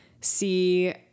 see